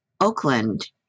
Oakland